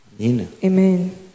Amen